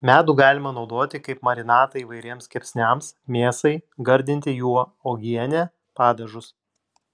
medų galima naudoti kaip marinatą įvairiems kepsniams mėsai gardinti juo uogienę padažus